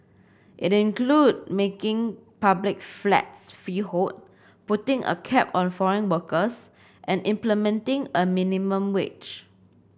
it includes making public flats freehold putting a cap on foreign workers and implementing a minimum wage